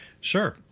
Sure